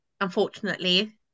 unfortunately